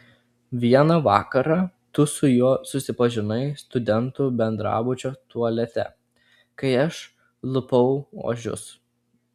vieną vakarą tu su juo susipažinai studentų bendrabučio tualete kai aš lupau ožius